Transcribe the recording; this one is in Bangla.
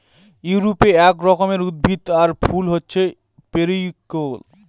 ইউরোপে এক রকমের উদ্ভিদ আর ফুল হছে পেরিউইঙ্কেল